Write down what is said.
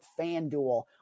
FanDuel